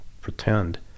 pretend